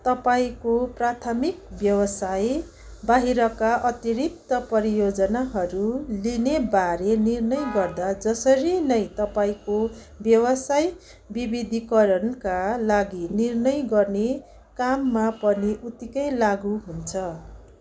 तपाईँको प्राथमिक व्यवसाय बाहिरका अतिरिक्त परियोजनाहरू लिने बारे निर्णय गर्दा जसरी नै तपाईँको व्यवसाय विविधीकरणका लागि निर्णय गर्ने काममा पनि उत्तिकै लागु हुन्छ